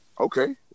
okay